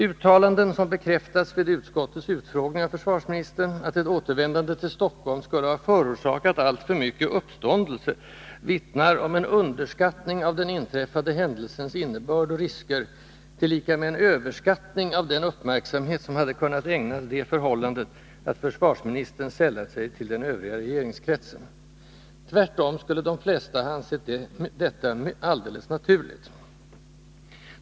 Uttalandet — som bekräftats vid utskottets utfrågning av försvarsministern — att ett återvändande till Stockholm skulle ha förorsakat alltför mycket uppståndelse vittnar om en underskattning av den inträffade händelsens innebörd och risker tillika med en överskattning av den uppmärksamhet som hade kunnat ägnas det förhållandet att försvarsministern sällat sig till den övriga regeringskretsen. Tvärtom skulle de flesta ha ansett detta alldeles naturligt.